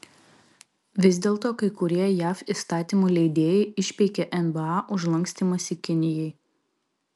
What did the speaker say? vis dėlto kai kurie jav įstatymų leidėjai išpeikė nba už lankstymąsi kinijai